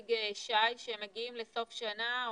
שהציג שי זה שהם מגיעים לסוף שנה,